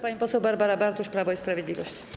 Pani poseł Barbara Bartuś, Prawo i Sprawiedliwość.